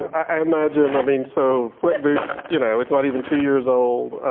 i imagine, i mean so flint beats, you know it's not even two years old,